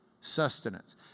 sustenance